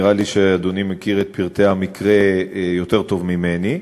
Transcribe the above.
נראה לי שאדוני מכיר את פרטי המקרה יותר טוב ממני.